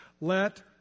Let